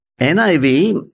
NIV